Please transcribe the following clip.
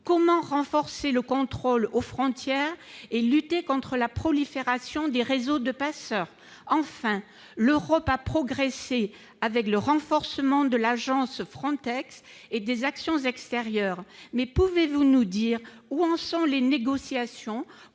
Comment renforcer le contrôle aux frontières et lutter contre la prolifération des réseaux de passeurs ? L'Europe a progressé grâce au renforcement de l'agence FRONTEX et des actions extérieures ; mais, d'une part, pouvez-vous nous dire où en sont les négociations